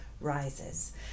rises